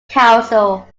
council